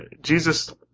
Jesus